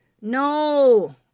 no